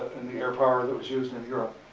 in the air power that was used in europe.